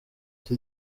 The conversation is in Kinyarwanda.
iki